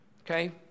okay